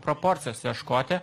proporcijos ieškoti